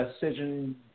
Decision